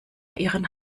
ihren